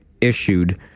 issued